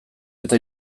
eta